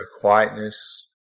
quietness